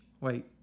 Wait